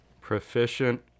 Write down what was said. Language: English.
proficient